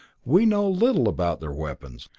we know little about their weapons.